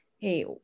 hey